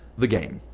the game.